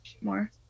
more